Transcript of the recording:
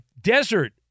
desert